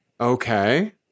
Okay